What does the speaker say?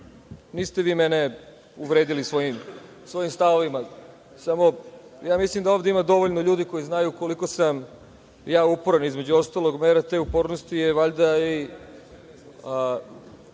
niste vi mene uvredili svojim stavovima, samo mislim da ima ovde dovoljno ljudi koji znaju koliko sam uporan, između ostalog, mera te upornosti je ova